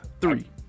Three